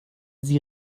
sie